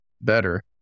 better